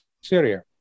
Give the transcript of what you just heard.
Syria